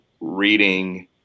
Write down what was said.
reading